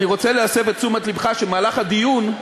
אני רוצה להסב את תשומת לבך לכך שבמהלך הדיון,